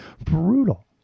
brutal